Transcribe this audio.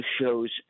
shows